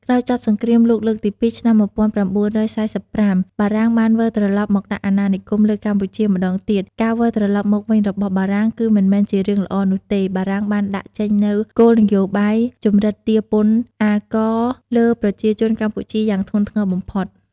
ក្រោយចប់សង្គ្រាមលោកលើកទី២ ឆ្នាំ ១៩៤៥ បារាំងបានវិលត្រឡប់មកដាក់អណានិគមលើកម្ពុជាម្ដងទៀត ការវិលត្រឡប់មកវិញរបស់បារាំងគឺមិនមែនជារឿងល្អនោះទេ បារាំងបានដាក់ចេញនូវគោលនោយបាយជំរិតទារពន្ធអាករ លើប្រជាជនកម្ពុជាយ៉ាងធ្ងន់ធ្ងរបំផុត។